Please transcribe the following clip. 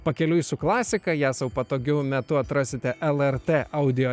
pakeliui su klasika ją sau patogiu metu atrasite lrt audio